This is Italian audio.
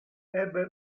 ebbe